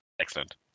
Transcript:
Excellent